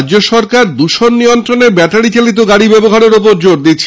রাজ্য সরকার দৃষণ নিয়ন্ত্রণে ব্যাটারি চালিত গাড়ি ব্যবহারের ওপর জোর দিচ্ছে